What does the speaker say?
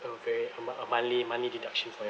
a ver~ uh mon~ monthly monthly deduction for your